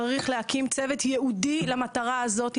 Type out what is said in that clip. צריך להקים צוות ייעודי למטרה הזאת,